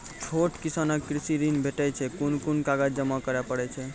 छोट किसानक कृषि ॠण भेटै छै? कून कून कागज जमा करे पड़े छै?